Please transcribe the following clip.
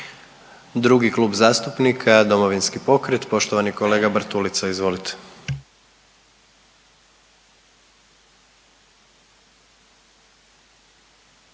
Drugi klub zastupnika, Domovinski pokret, poštovani kolega Bartulica, izvolite.